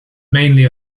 mainly